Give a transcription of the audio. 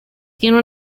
tiene